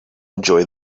enjoy